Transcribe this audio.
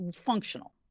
functional